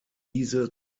diese